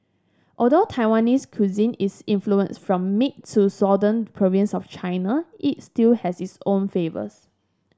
although Taiwanese cuisine is influenced from mid to southern provinces of China it still has its own flavours